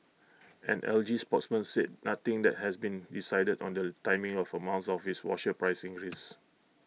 an L G spokesman said nothing that has been decided on the timing of amounts of its washer price increase